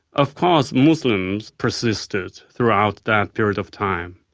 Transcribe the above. of course muslims persisted throughout that period of time.